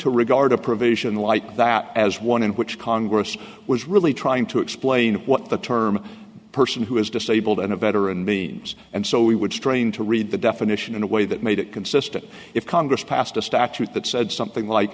to regard a provision light that as one in which congress was really trying to explain what the term person who is disabled and a veteran means and so we would strain to read the definition in a way that made it consistent if congress passed a statute that said something like